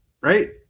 right